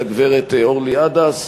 הגברת אורלי עדס.